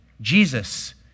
Jesus